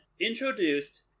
introduced